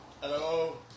Hello